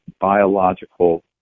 biological